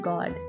God